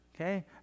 okay